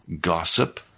gossip